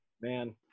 Man